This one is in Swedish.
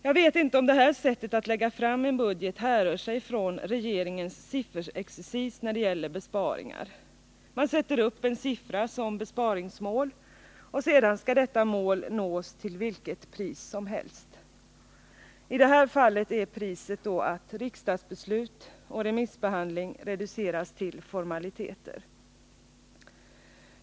Jag vet inte om det här sättet att lägga fram en budget härrör från regeringens sifferexercis när det gäller besparingar. Man sätter upp en siffra som besparingsmål, och sedan skall detta mål nås till vilket pris som helst. I det här fallet är priset att riksdagsbeslut och remissbehandling reduceras till formaliteter.